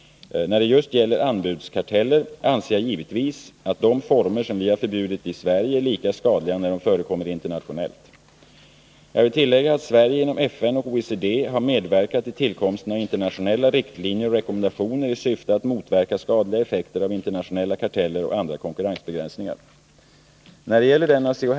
När det just gäller anbudskarteller anser jag givetvis att de former som vi har förbjudit i Sverige är lika skadliga när de förekommer internationellt. Jag vill tillägga att Sverige inom FN och OECD har medverkat i tillkomsten av internationella riktlinjer och rekommendationer i syfte att motverka skadliga effekter av internationella karteller och andra konkurrensbegränsningar. När det gäller den av C.-H.